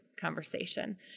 conversation